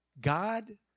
God